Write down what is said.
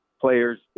players